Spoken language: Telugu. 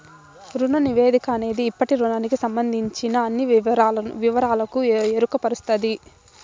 రుణ నివేదిక అనేది ఇప్పటి రుణానికి సంబందించిన అన్ని వివరాలకు ఎరుకపరుస్తది